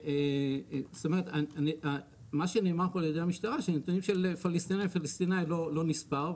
זאת אומרת מה שנאמר פה על ידי המשטרה שהנתונים של פלסטינאים לא נספרים,